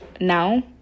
now